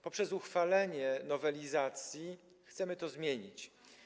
Poprzez uchwalenie nowelizacji chcemy to zmienić.